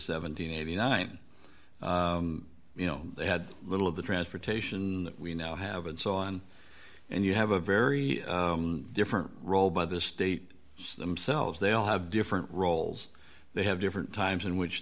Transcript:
hundred and eighty nine you know they had little of the transportation that we now have and so on and you have a very different role by the state themselves they all have different roles they have different times in which